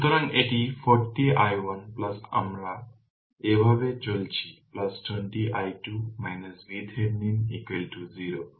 সুতরাং এটি 40 i1 আমরা এভাবে চলছি 20 i2 VThevenin 0